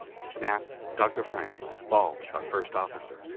snap, dr. frank, balch, our first officer,